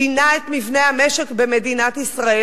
שינה את מבנה המשק במדינת ישראל.